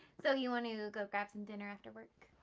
so, you want to go grab some dinner after work?